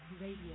Radio